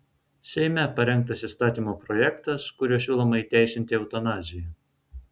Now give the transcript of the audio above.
seime parengtas įstatymo projektas kuriuo siūloma įteisinti eutanaziją